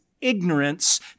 ignorance